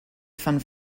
van